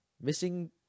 Missing